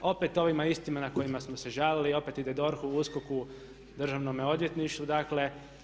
Opet ovima istima kojima smo se žalili, opet ide DORH-u, USKOK-u, državnome odvjetništvu dakle.